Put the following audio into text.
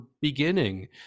beginning